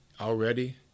already